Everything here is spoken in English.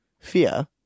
Fear